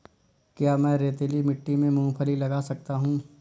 क्या मैं रेतीली मिट्टी में मूँगफली लगा सकता हूँ?